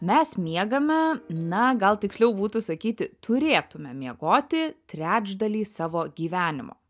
mes miegame na gal tiksliau būtų sakyti turėtume miegoti trečdalį savo gyvenimo